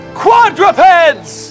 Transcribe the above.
quadrupeds